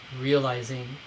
realizing